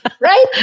Right